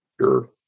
Sure